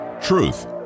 truth